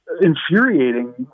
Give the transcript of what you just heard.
infuriating